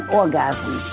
orgasm